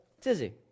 tizzy